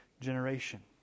generation